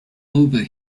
over